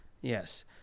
Yes